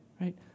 Right